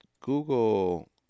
Google